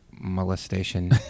Molestation